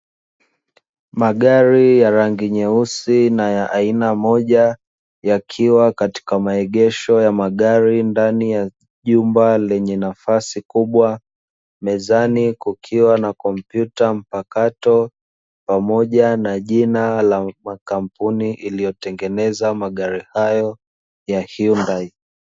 Magari ya rangi nyeusi na ya aina moja, yakiwa katika maegesho ya magari ndani ya jumba lenye nafasi kubwa. Mezani kukiwa na kompyuta mpakato pamoja na jina la kampuni iliyotengeneza magari hayo ya "Hyundai".